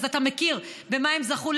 אז אתה יודע במה הם זכו,